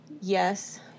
yes